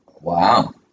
Wow